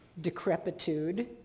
decrepitude